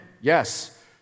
Yes